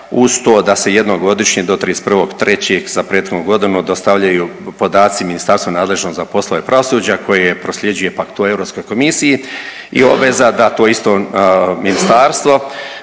uz to da se jednom godišnje do 31.3. za prethodnu godinu dostavljaju podaci ministarstva nadležnog za poslove pravosuđa koje ih prosljeđuje pak toj Europskoj komisiji i obveza da to isto ministarstvo